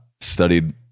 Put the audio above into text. Studied